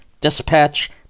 Dispatch